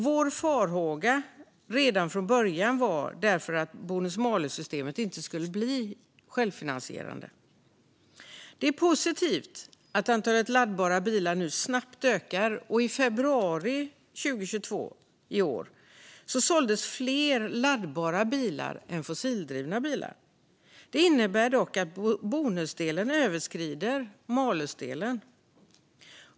Vår farhåga var därför redan från början att bonus malus-systemet inte skulle bli självfinansierande. Det är positivt att antalet laddbara bilar nu snabbt ökar. I februari 2022 såldes fler laddbara bilar än fossildrivna bilar. Det innebär dock att bonusdelen överskrider malusdelen.